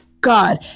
God